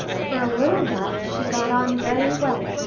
for a little while she got on very well,